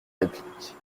réplique